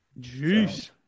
Jeez